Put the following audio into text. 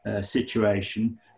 situation